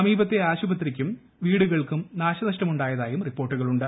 സമീപത്തെ ആശുപത്രിക്കും വീടുകൾക്കും നാശനഷ്ടമുണ്ടായതായും റിപ്പോർട്ടുകളുണ്ട്